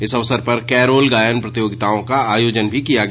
इस अवसर पर कैरोल गायन प्रतियोगिताओं का आयोजन किया गया